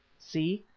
see,